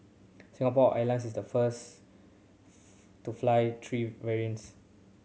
Singapore Airlines is the first to fly three variants